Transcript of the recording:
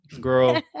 girl